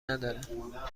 ندارم